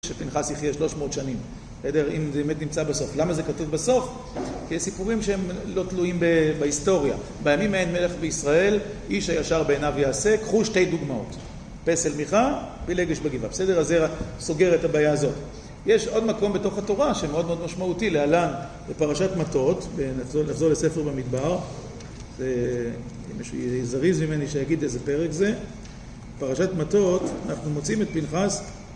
שפנחס יחיה שלוש מאות שנים, בסדר? אם זה באמת נמצא בסוף. למה זה כתוב בסוף? כי סיפורים שהם לא תלויים בהיסטוריה. בימים ההם מלך בישראל, איש הישר בעיניו יעשה. קחו שתי דוגמאות, פסל מיכה ולגש בגבעה. בסדר? אז זה סוגר את הבעיה הזאת. יש עוד מקום בתוך התורה שמאוד מאוד משמעותי להלן לפרשת מתות. נחזור לספר במדבר. אם מישהו יהיה זריז ממני שיגיד איזה פרק זה. פרשת מתות, אנחנו מוצאים את פנחס.